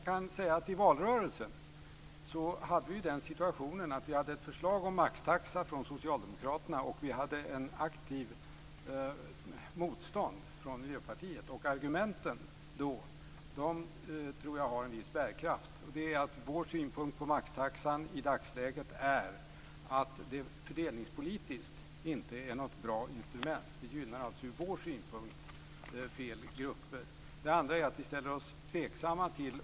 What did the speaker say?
Herr talman! Jag kanske uttryckte mig otydligt. I valrörelsen hade vi ett förslag om maxtaxa från Socialdemokraterna och ett aktivt motstånd från Miljöpartiet. Jag tror att de argument som fördes fram då har en viss bärkraft. Vår synpunkt på maxtaxan är i dagsläget att den fördelningspolitiskt inte är något bra instrument. Ur vår synpunkt gynnar den fel grupper. Nu vet vi inte hur det kommer att se ut i detalj.